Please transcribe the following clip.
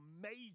amazing